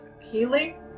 healing